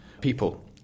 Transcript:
people